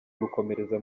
gukomereza